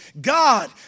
God